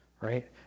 right